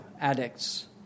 addicts